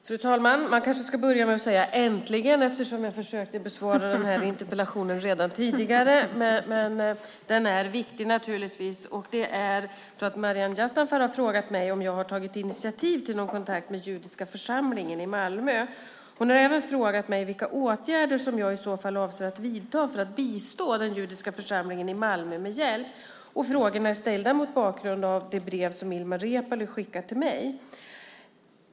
Fru talman! Maryam Yazdanfar har frågat mig om jag har tagit initiativ till någon kontakt med judiska församlingen i Malmö. Hon har även frågat mig vilka åtgärder jag i så fall avser att vidta för att bistå den judiska församlingen i Malmö med hjälp. Frågorna är ställda mot bakgrund av det brev som Ilmar Reepalu skickat till mig.